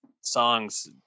songs